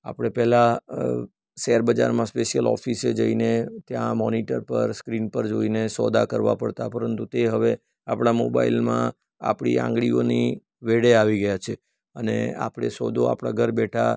આપણે પહેલાં શેરબજારમાં સ્પેશિયલ ઓફિસે જઈને ત્યાં મોનિટર પર સ્ક્રિન પર જોઈને સોદા કરવા પડતા પરંતુ તે હવે આપણા મોબાઇલમાં આપણી આંગળીઓની વેઢે આવી ગયા છે અને આપણે સોદો આપણાં ઘર બેઠા